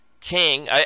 king